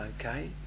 okay